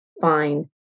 fine